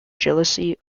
jealousy